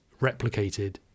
replicated